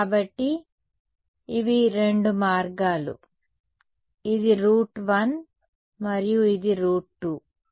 కాబట్టి ఇవి రెండు మార్గాలు ఇది రూట్ 1 మరియు ఇది రూట్ 2